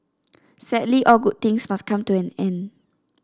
sadly all good things must come to an end